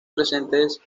presentes